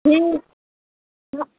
हूँ